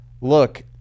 look